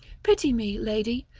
pity me, lady,